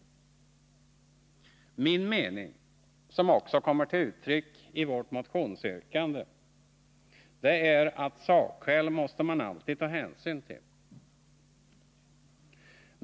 Enligt min mening, som också kommer till uttryck i vårt motionsyrkande, är det sakskälen man alltid måste ta hänsyn till.